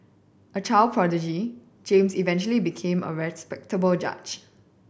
a child prodigy James eventually became a respectable judge